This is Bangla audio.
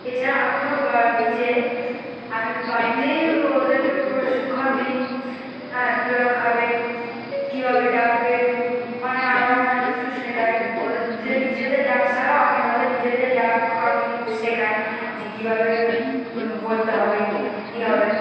এছাড়া আমিও বা নিজে আমি বাড়িতেই ওদেরকে প্রশিক্ষণ দিই হ্যাঁ কীভাবে খাবে কীভাবে ডাকবে মানে আরও আমি অনেক কিছু শেখাই ওদের নিজেদের ডাক ছাড়াও আমি আমাদের নিজেদের ডাক আমি শেখাই যে কীভাবে বলতে হবে কী হবে